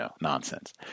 nonsense